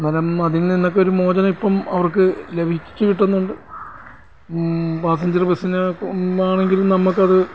എന്നാലും അതിൽനിന്ന് ഒക്കെ ഒരു മോചനം ഇപ്പം അവർക്ക് ലഭിച്ചിട്ടൊന്നും പാസഞ്ചർ ബസ്സിന് ആണെങ്കിൽ നമുക്ക് അത്